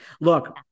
Look